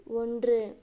ஒன்று